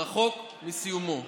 רחוק מסיומו.